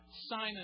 Simon